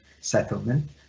settlement